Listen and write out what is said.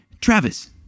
Travis